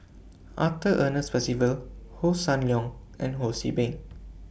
Arthur Ernest Percival Hossan Leong and Ho See Beng